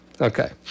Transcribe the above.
Okay